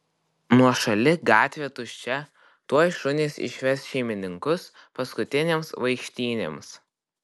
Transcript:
nuošali gatvė tuščia tuoj šunys išves šeimininkus paskutinėms vaikštynėms